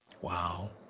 Wow